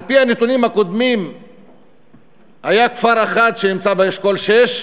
על-פי הנתונים הקודמים היה כפר אחד שנמצא באשכול 6,